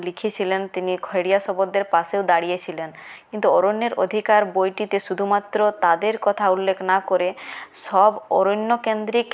লিখেছিলেন তিনি খেড়িয়া শবরদের পাশেও দাঁড়িয়েছিলেন কিন্তু অরণ্যের অধিকার বইটিতে শুধুমাত্র তাদের কথা উল্লেখ না করে সব অরণ্য কেন্দ্রিক